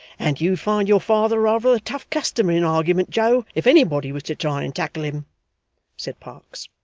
and you'd find your father rather a tough customer in argeyment, joe, if anybody was to try and tackle him said parkes.